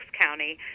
County